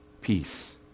peace